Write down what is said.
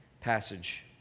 passage